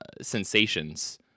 sensations